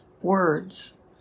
words